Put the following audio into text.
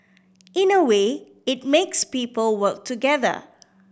in a way it makes people work together